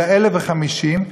אלא 1,050,